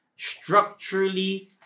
Structurally